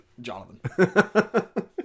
Jonathan